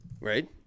right